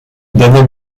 daniel